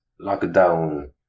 lockdown